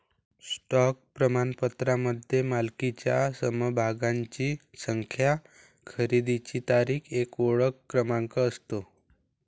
stock प्रमाणपत्रामध्ये मालकीच्या समभागांची संख्या, खरेदीची तारीख, एक ओळख क्रमांक असतो